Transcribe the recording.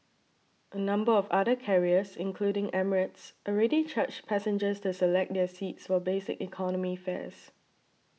a number of other carriers including Emirates already charge passengers to select their seats for basic economy fares